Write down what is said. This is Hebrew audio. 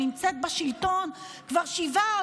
שנמצאת בשלטון כבר שבעה חודשים,